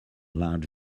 large